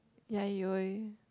ya you always